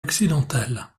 occidentale